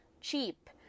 Cheap